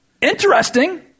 Interesting